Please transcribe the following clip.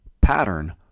pattern